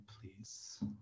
please